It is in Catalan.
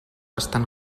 estan